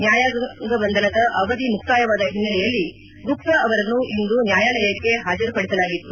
ನ್ಡಾಯಾಂಗ ಬಂಧನದ ಅವಧಿ ಮುಕ್ತಾಯವಾದ ಹಿನ್ನೆಲೆಯಲ್ಲಿ ಗುಪ್ತ ಅವರನ್ನು ಇಂದು ನ್ಯಾಯಾಲಯಕ್ಕೆ ಹಾಜರುಪಡಿಸಲಾಗಿತ್ತು